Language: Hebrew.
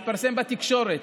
התפרסם בתקשורת.